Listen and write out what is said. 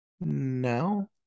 No